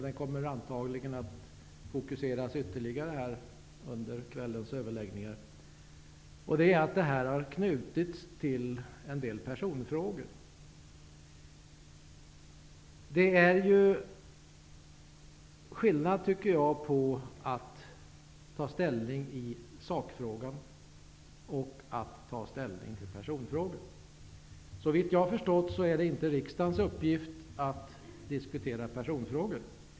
Den kommer antagligen att fokuseras ytterligare under kvällens överläggningar. Det är att ärendet har knutits till en del personfrågor. Det är skillnad på att ta ställning i sakfrågan och att ta ställning i personfrågan. Såvitt jag förstått är det inte riksdagens uppgift att diskutera personfrågor.